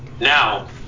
Now